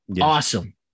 Awesome